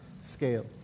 scale